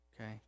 Okay